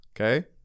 Okay